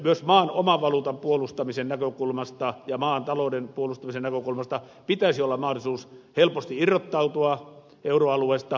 myös maan oman valuutan puolustamisen ja maan talouden puolustamisen näkökulmasta pitäisi olla mahdollisuus helposti irrottautua euroalueesta